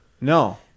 no